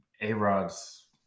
a-rod's